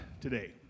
today